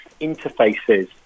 interfaces